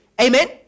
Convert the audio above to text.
Amen